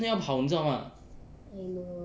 你真的要跑你知道 mah